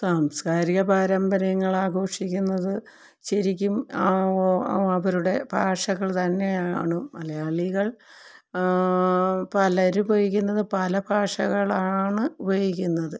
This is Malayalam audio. സാംസ്കാരിക പാരമ്പര്യങ്ങൾ ആഘോഷിക്കുന്നത് ശരിക്കും അവരുടെ ഭാഷകൾ തന്നെയാണ് മലയാളികൾ പലരും ഉപയോഗിക്കുന്നത് പല ഭാഷകളാണ് ഉപയോഗിക്കുന്നത്